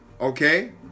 Okay